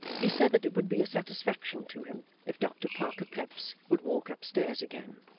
he said that it would be a satisfaction to him, if doctor parker peps would walk upstairs again.